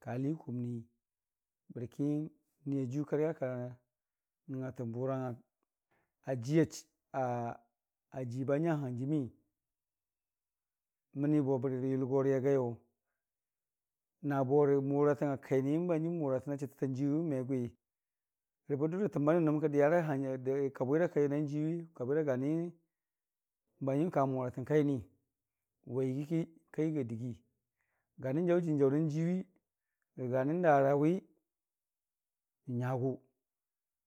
kha Lii kumnii bərki n'Niyajiiyu ka nəngngatən bʊrang ajiiya a- ajiiba nya han jiimi, mənnibe bərirə yʊlgori agaiyʊ nabo rə mʊratang a kaini n'banjim mʊratəna chətətta jiiyu me gwi rəbə dʊrə təmba nənʊ kə diyara kabwira kainan jiiyuwi kabira gani n'banjiim ka mʊratən kaini wa yəgiiki ka yəga dəgii. Gani n'jaʊ jənii jaʊran jiiyuwi rə gani n'dara wi nən nyagʊ,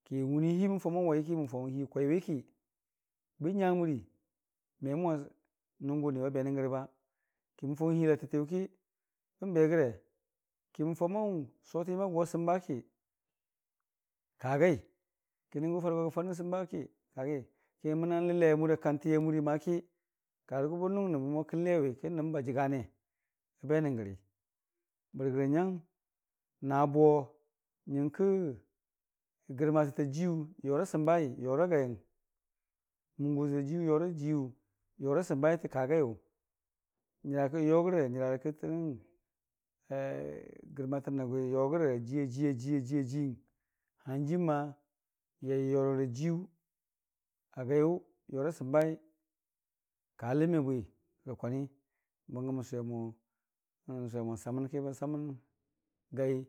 ki n'wunii hii mən faʊmən waiyʊki kəmən faʊn n'hii kwayuwi ki bən nya amurii me mo nən gʊniba benən rəge, ki mən faʊ ri'hii latəttiyʊki bən be gəre, ki mən faʊmo n'sotən yəm agʊwa səmba ki ka gai, ki n'ni farə gogə fan a səmbaki ka gai, ki mənan ləlle akati a murii kikarə gʊbən nʊng nəb mo kən lewi ki nəbliəm ba jəgane ka benən gəri, bərigərə nyang nabo nyən gkə gərmar təta jiiyu yora səmbai yora gaiyəng, mungo ta jiiyu yora jiiyu yora səmbai təka gaiyʊ nyərakə yogəre nyəra kətənən gər matəta nənʊ agwi yogəra jii ajii ajiiyəng hənjiim nyang yai yogora jiiyu agaiyʊ yora sən bai ka ləmibwirə kwani bən gə mən sʊwe mo n'samən ki bən samən.